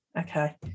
Okay